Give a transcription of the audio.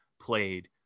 played